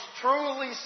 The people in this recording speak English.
truly